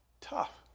tough